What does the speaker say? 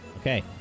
Okay